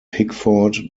pickford